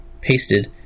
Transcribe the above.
pasted